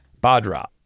Badra